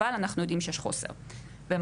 אבל אנחנו יודעים שיש חוסר במעונות.